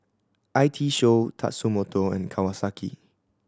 I T Show Tatsumoto and Kawasaki